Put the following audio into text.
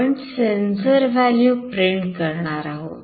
आपण sensor value print करणार आहोत